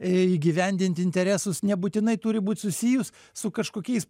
įgyvendinti interesus nebūtinai turi būt susijus su kažkokiais